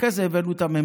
אחרי זה הבאנו את הממשלה.